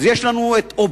אז יש לנו אובמה,